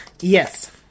Yes